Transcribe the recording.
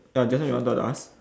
uh just now you wanted to ask